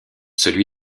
celui